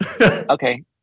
Okay